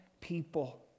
people